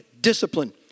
discipline